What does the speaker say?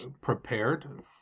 prepared